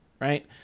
right